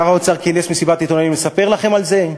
שר האוצר כינס מסיבת עיתונאים לספר לכם על זה?